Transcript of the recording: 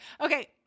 Okay